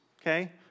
Okay